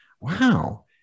wow